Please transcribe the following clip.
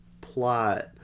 plot